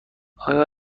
آیا